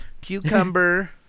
Cucumber